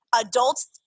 Adults